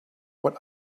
what